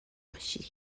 باشی